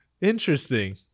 interesting